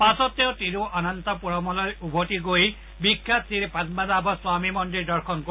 পাছত তেওঁ তিৰুঅনন্তপূৰমলৈ উভতি আহি বিখ্যাত শ্ৰীপদ্মনাভ স্বামী মন্দিৰ দৰ্শন কৰিব